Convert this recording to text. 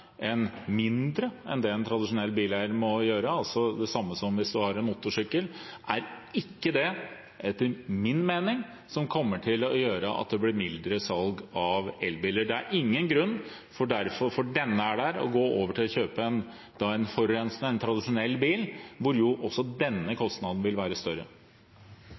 gjøre, det samme som hvis du har en motorsykkel – kommer etter min mening ikke til å gjøre at det blir mindre salg av elbiler. Det er ingen grunn til derfor å gå over til å kjøpe en forurensende, tradisjonell bil, hvor også denne kostnaden vil være større.